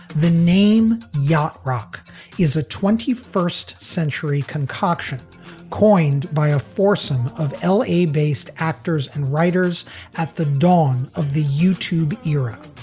the name yacht rock is a twenty first century concoction coined by a foursome of l a. based actors and writers at the dawn of the youtube era.